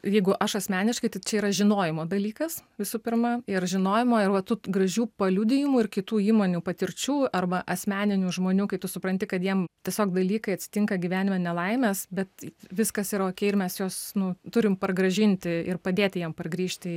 jeigu aš asmeniškai tai čia yra žinojimo dalykas visų pirma ir žinojimo ir va tų gražių paliudijimų ir kitų įmonių patirčių arba asmeninių žmonių kai tu supranti kad jiem tiesiog dalykai atsitinka gyvenime nelaimės bet viskas yra okei ir mes juos nu turim pargrąžinti ir padėti jiem pargrįžti